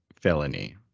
felony